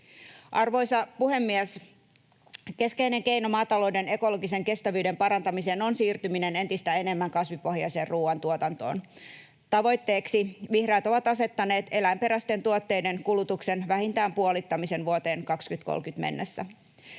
Arvoisa puhemies! Keskeinen keino maatalouden ekologisen kestävyyden parantamiseen on siirtyminen entistä enemmän kasvipohjaiseen ruuantuotantoon. Tavoitteeksi vihreät ovat asettaneet eläinperäisten tuotteiden kulutuksen vähintään puolittamisen vuoteen 2030 mennessä.